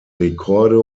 rekorde